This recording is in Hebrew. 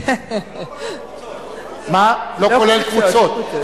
לא כולל קבוצות.